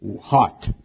hot